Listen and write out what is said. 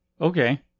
Okay